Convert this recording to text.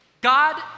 God